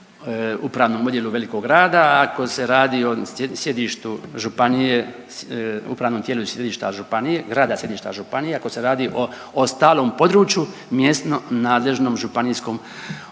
upravnom odjelu velikog grada, ako se radi o sjedištu županije, upravnom tijelu sjedišta županija grada sjedišta županija ako se radi o ostalom području mjesno nadležnom županijskom